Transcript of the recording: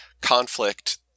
conflict